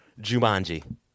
Jumanji